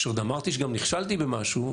כשעוד אמרתי שגם נכשלתי במשהו,